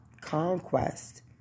conquest